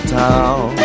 town